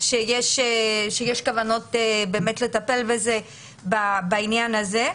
שבאמת יש כוונות לטפל בעניין הזה.